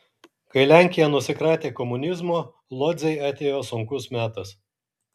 kai lenkija nusikratė komunizmo lodzei atėjo sunkus metas